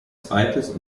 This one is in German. zweites